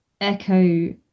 Echo